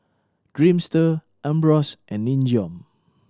Dreamster Ambros and Nin Jiom